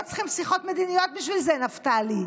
לא צריכים שיחות מדיניות בשביל זה, נפתלי.